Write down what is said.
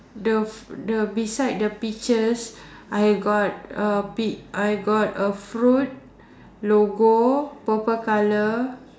the the beside the peaches I got a pi~ I got a fruit logo purple colour